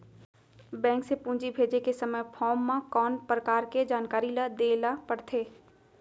Bank से पूंजी भेजे के समय फॉर्म म कौन परकार के जानकारी ल दे ला पड़थे?